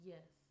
Yes